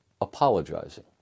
apologizing